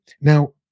Now